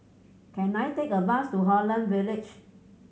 can I take a bus to Holland Village